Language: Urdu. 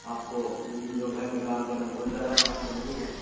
آپ کو جو گھر میں کام کرنا بہت زیادہ کام تو نہیں ہے